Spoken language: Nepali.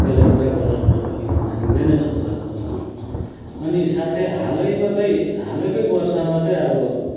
त्यसलाई खुद्रा बजारमा गनिन मानिँदैन जस्तै लाग्छ होइन अनि साथै हालैमा चाहिँ हालैको वर्षमा चाहिँ अब